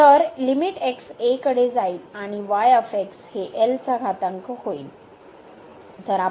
तर limit x a कडे जाईल आणि हे L चा घातांक होईल एल